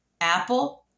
Apple